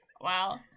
Wow